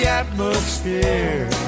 atmosphere